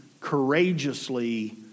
courageously